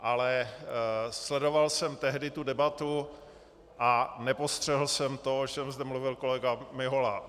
Ale sledoval jsem tehdy tu debatu a nepostřehl jsem to, o čem zde mluvil kolega Mihola.